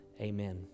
Amen